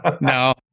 No